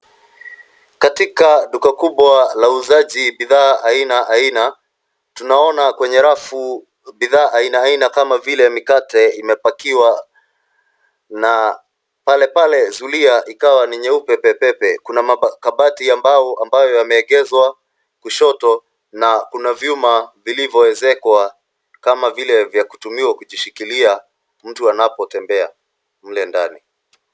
Katika duka kubwa la uuzaji bidhaa aina aina, tunaona kwenye rafu bidhaa aina aina, kama vile mikate imepakiwa na pale pale zulia ikawa ni nyeupe pepepe. Kuna makabati ambayo yameegezwa kushoto na kuna vyuma vilivyoezekwa, kama vile vya kutumiwa kujishikilia mtu anapotembea kule ndani.